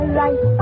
right